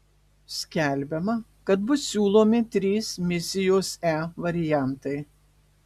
skelbiama kad bus siūlomi trys misijos e variantai